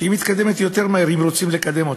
היא מתקדמת יותר מהר אם רוצים לקדם אותה.